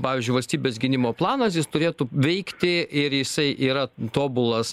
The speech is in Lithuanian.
pavyzdžiui valstybės gynimo planas jis turėtų veikti ir jisai yra tobulas